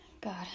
God